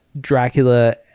Dracula